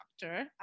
doctor